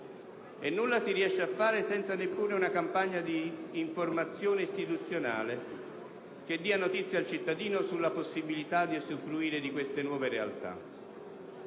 Nulla si riesce a fare senza una campagna di informazione istituzionale che dia notizia al cittadino della possibilità di usufruire di queste nuove realtà.